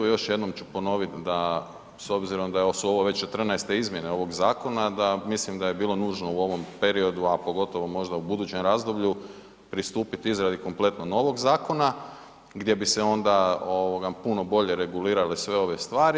Još jednom ću ponoviti da s obzirom da su ovo već 14.-te izmjene ovog zakona, mislim da je bilo nužno u ovom periodu, a pogotovo možda u budućem razdoblju pristupiti izradi kompletno novog zakona gdje bi se onda puno bolje regulirale sve ove stvari.